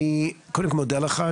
אני קודם כול מודה לך.